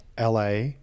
LA